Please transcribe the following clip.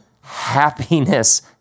happiness